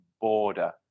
border